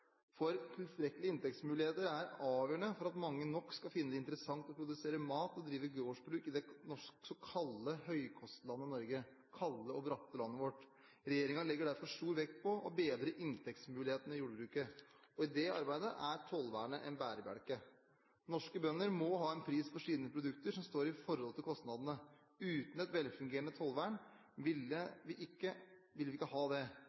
Tilstrekkelige inntektsmuligheter er avgjørende for at mange nok skal finne det interessant å produsere mat og drive gårdsbruk i det nokså kalde høykostlandet Norge – det kalde og bratte landet vårt. Regjeringen legger derfor stor vekt på å bedre inntektsmulighetene i jordbruket. I det arbeidet er tollvernet en bærebjelke. Norske bønder må ha en pris for sine produkter som står i forhold til kostnadene. Uten et velfungerende tollvern ville vi ikke ha det.